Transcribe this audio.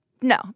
no